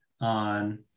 on